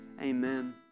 Amen